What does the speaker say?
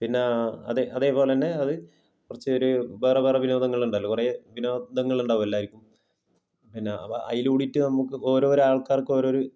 പിന്നെ അതെ അതെപോലെ തന്നെ അത് കുറച്ച് ഒരു വേറെ വേറെ വിനോദങ്ങളുണ്ടല്ലോ കുറേ വിനോദങ്ങളുണ്ടാവും എല്ലാവർക്കും പിന്നെ അതിൽ കൂടിയിട്ട് നമുക്ക് ഓരോരോ ആള്ക്കാര്ക്ക് ഓരോരു